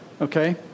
Okay